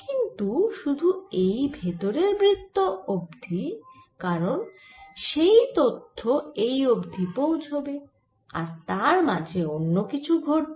কিন্তু শুধু এই ভেতরের বৃত্ত অবধি কারণ সেই তথ্য এই অবধি পৌঁছবে আর তার মাঝে অন্য কিছু ঘটবে